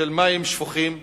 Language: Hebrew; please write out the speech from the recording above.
של מים שפוכים.